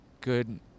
good